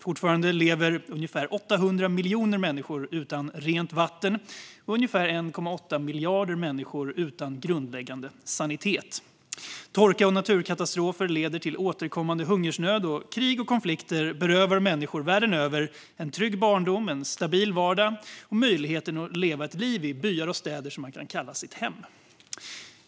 Fortfarande lever ungefär 800 miljoner människor utan rent vatten och ungefär 1,8 miljarder människor utan grundläggande sanitet. Torka och naturkatastrofer leder till återkommande hungersnöd, och krig och konflikter berövar mänskor världen över en trygg barndom, en stabil vardag och möjligheten att leva ett liv i byar och städer som de kan kalla sitt hem.